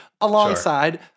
alongside